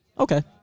okay